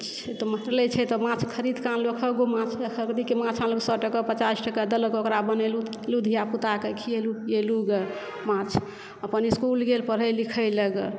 माछ मारि लए छै तऽ माछ खरीद कऽ आनलहुँ एकहक गो माछ एकहकगो माछ आनलहुँ सए टका पचास टका देलक ओकरा बनेलहुँ धियापुताके खिएलहुँ पिएलहुँ गऽ माछ अपन इसकुल गेल पढ़ै लिखै लऽ गऽ